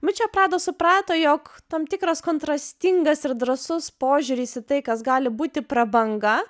miučia prada suprato jog tam tikras kontrastingas ir drąsus požiūris į tai kas gali būti prabanga